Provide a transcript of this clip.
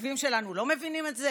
האויבים שלנו לא מבינים את זה?